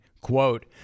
quote